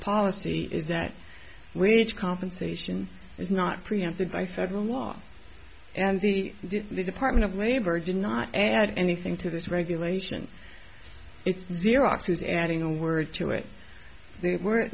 policy is that leverage compensation is not preempted by federal law and the the department of labor did not add anything to this regulation it's xerox is adding a word to it they were